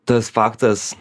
tas faktas